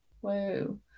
Whoa